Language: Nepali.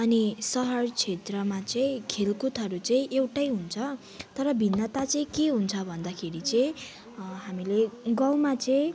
अनि सहर क्षेत्रमा चाहिँ खेलकुदहरू चाहिँ एउटै हुन्छ तर भिन्नता चाहिँ के हुन्छ भन्दाखेरि चाहिँ हामीले गाउँमा चाहिँ